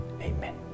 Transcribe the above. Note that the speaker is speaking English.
Amen